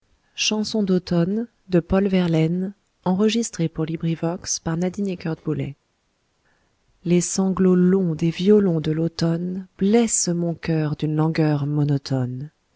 chanson d'automne les sanglots longs des violons de l'automne blessent mon coeur d'une langueur monotone